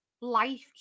life